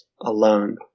alone